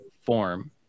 form